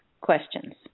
questions